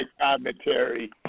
commentary